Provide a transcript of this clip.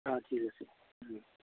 অঁ ঠিক আছে